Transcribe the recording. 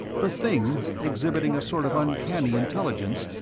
the thing, exhibiting a sort of uncanny intelligence,